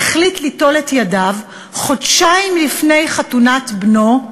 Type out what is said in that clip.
החליט ליטול את חייו חודשיים לפני חתונת בנו,